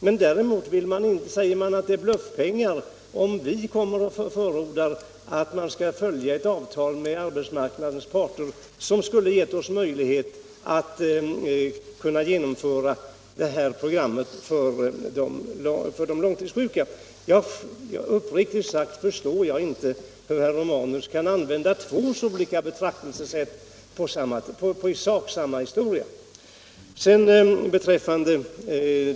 Men däremot säger man att det är fråga om bluffpengar när vi förordar att ett avtal med arbetsmarknadens parter, som skulle ha gett oss möjlighet att genomföra programmet för de långtidssjuka, skall fullföljas. Uppriktigt sagt förstår jag inte hur herr Romanus kan använda två så olika betraktelsesätt på i sak samma företeelse.